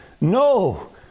No